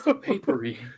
papery